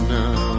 now